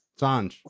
Sanj